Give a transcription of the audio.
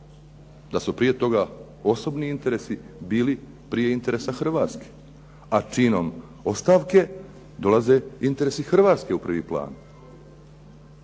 da su prije toga osobni interesi bili prije interesa Hrvatske a činom ostavke dolaze interesi Hrvatske u prvi plan?